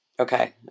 Okay